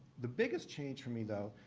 the biggest change for me, though,